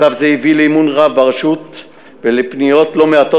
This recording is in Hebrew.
מצב זה הביא לאמון רב ברשות ולפניות לא מעטות